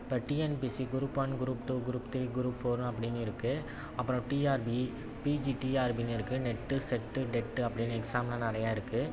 இப்போ TNPSC group one group two group three group four அப்படின்னு இருக்குது அப்புறம் டிஆர்பி பிஜிடிஆர்பின்னு இருக்குது நெட்டு செட்டு டெட்டு அப்படின்னு எக்ஸாமெலாம் நிறையா இருக்குது